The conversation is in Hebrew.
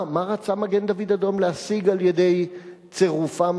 מה רצה מגן-דוד-אדום להשיג על-ידי צירופו